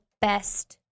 best